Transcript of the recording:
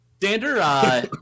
Dander